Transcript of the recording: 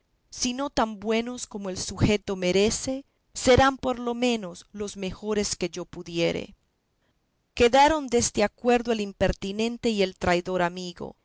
si no tan buenos como el subjeto merece serán por lo menos los mejores que yo pudiere quedaron deste acuerdo el impertinente y el traidor amigo